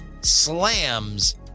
slams